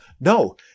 No